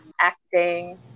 acting